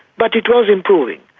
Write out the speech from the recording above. but it was improving.